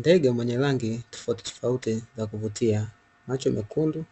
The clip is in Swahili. Ndege mwenye rangi tofautitofauti za kuvutia, macho mekundu